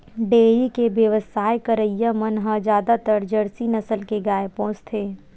dairy के बेवसाय करइया मन ह जादातर जरसी नसल के गाय पोसथे